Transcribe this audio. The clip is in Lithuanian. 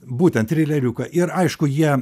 būtent trileriuką ir aišku jie